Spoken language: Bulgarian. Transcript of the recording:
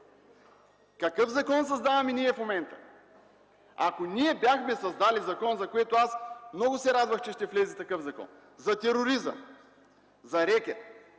Какъв закон създаваме в момента? Ако бяхме създали закон, и аз се радвах, че ще влезе такъв закон – за тероризъм, за рекет,